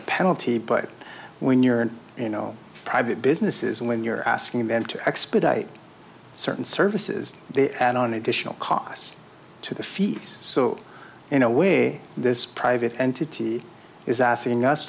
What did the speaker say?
a penalty but when you're in you know private businesses when you're asking them to expedite certain services they add on additional costs to the fees so in a way this private entity is asking us